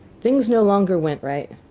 things no longer went right.